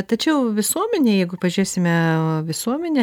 tačiau visuomenėj jeigu pažiūrėsime visuomenę